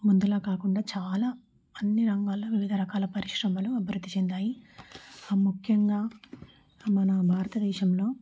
ముందులా కాకుండా చాలా అన్ని రంగాల్లో వివిధ రకాల పరిశ్రమలు అభివృద్ధి చెందాయి ముఖ్యంగా మన భారతదేశంలో